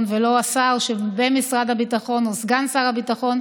ולא השר במשרד הביטחון או סגן שר הביטחון,